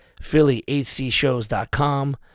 PhillyHCShows.com